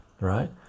right